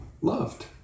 loved